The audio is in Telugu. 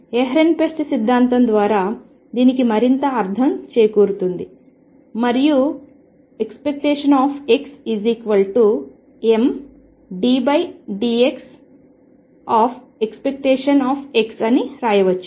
ఎహ్రెన్ఫెస్ట్ సిద్ధాంతం ద్వారా దీనికి మరింత అర్థం చేకూరుతుంది మరియు ⟨p⟩ mddt⟨x⟩ అని రాయవచ్చు